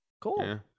cool